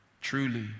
truly